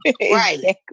right